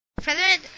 President